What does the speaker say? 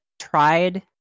tried